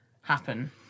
happen